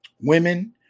women